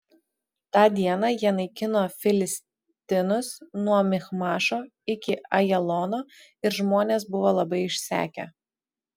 tą dieną jie naikino filistinus nuo michmašo iki ajalono ir žmonės buvo labai išsekę